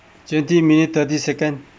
twenty minute thirty second